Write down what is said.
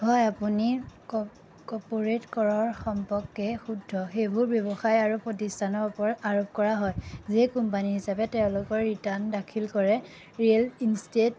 হয় আপুনি কৰ্পোৰেট কৰৰ সম্পৰ্কে শুদ্ধ সেইবোৰ ব্যৱসায় আৰু প্ৰতিষ্ঠানৰ ওপৰত আৰোপ কৰা হয় যিয়ে কোম্পানী হিচাপে তেওঁলোকৰ ৰিটাৰ্ণ দাখিল কৰে ৰিয়েল ইন ষ্টেট